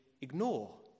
ignore